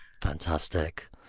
Fantastic